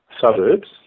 suburbs